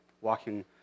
walking